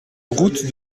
route